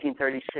1936